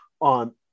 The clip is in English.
on